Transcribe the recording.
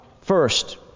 First